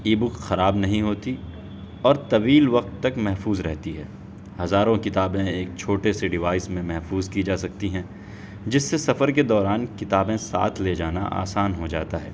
ای book خراب نہیں ہوتی اور طویل وقت تک محفوظ رہتی ہے ہزاروں کتابیں ایک چھوٹے سے ڈیوائس میں محفوظ کی جا سکتی ہیں جس سے سفر کے دوران کتابیں ساتھ لے جانا آسان ہو جاتا ہے